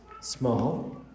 small